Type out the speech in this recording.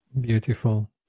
Beautiful